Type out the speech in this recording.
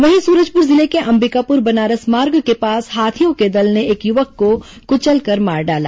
वहीं सूरजपुर जिले में अंबिकापुर बनारस मार्ग के पास हाथियों के दल ने एक युवक को कुचलकर मार डाला